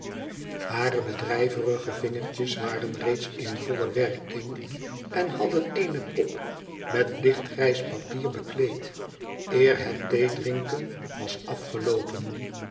hare bedrijvige vingertjes waren reeds in volle werking en hadden eene pop met lichtgrijs papier bekleed eer het theedrinken was afgeloopen